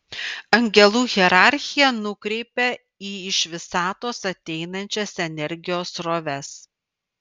angelų hierarchija nukreipia į iš visatos ateinančias energijos sroves